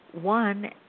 One